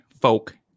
folk